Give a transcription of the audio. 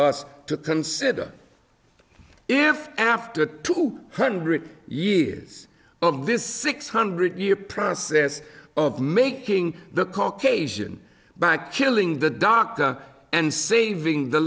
us to consider if after two hundred years of this six hundred year process of making the caucasian by killing the doctor and saving the